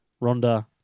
Ronda